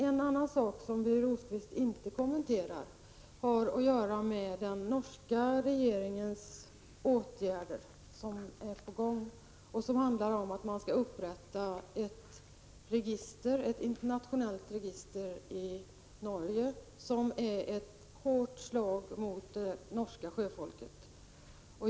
En annan sak som Birger Rosqvist inte kommenterar är den norska regeringens åtgärder som är på gång och som handlar om att det i Norge skall upprättas ett internationellt register. Detta är ett hårt slag mot det norska sjöfolket.